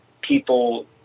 people